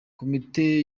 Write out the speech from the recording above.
komite